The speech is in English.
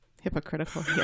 hypocritical